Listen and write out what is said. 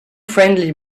friendly